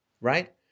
Right